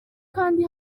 kandi